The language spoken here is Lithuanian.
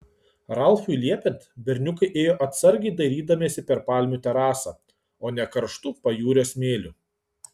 ralfui liepiant berniukai ėjo atsargiai dairydamiesi per palmių terasą o ne karštu pajūrio smėliu